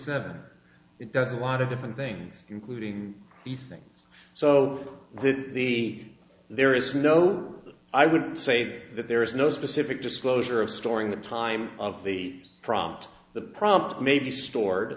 seven it does a lot of different things including the things so that the there is no i wouldn't say that there is no specific disclosure of storing the time of the prompt the prompt may be stored